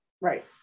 right